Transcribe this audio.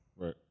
Right